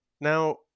Now